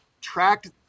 tracked